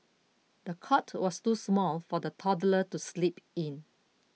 the cot was too small for the toddler to sleep in